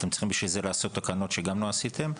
אתם צריכים בשביל זה לעשות תקנות שגם לא עשיתם.